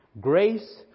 grace